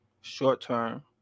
Short-term